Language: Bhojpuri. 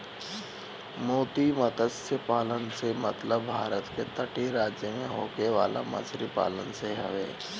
मोती मतस्य पालन से मतलब भारत के तटीय राज्य में होखे वाला मछरी पालन से हवे